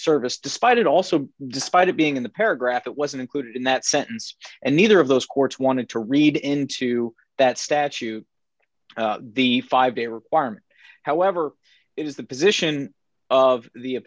service despite it also despite it being in the paragraph it wasn't included in that sentence and neither of those courts wanted to read into that statute the five day requirement however it is the position of the